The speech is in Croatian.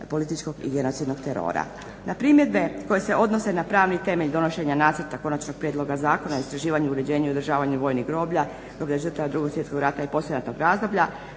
političkog i genocidnog terora. Na primjedbe koje se odnose na pravni temelj donošenja Nacrta konačnog prijedloga zakona, istraživanju, uređenju i održavanju vojnih groblja, groblja žrtava Drugog svjetskog rata i poslijeratnog razdoblja